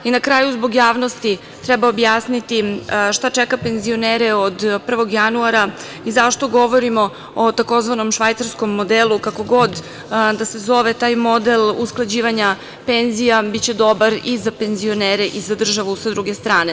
Na kraju zbog javnost treba objasniti šta čeka penzionere od 1. januara i zašto govorimo o tzv. švajcarskom modelu, kako god da se zove taj model usklađivanja penzija biće dobar i za penzionere i za državu sa druge strane.